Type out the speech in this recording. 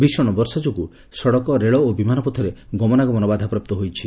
ଭୀଷଣ ବର୍ଷା ଯୋଗୁଁ ସଡ଼କ ରେଳ ଓ ବିମାନ ପଥରେ ଗମନାଗମନ ବାଧାପ୍ରାପ୍ତ ହୋଇଛି